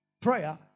Prayer